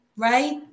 Right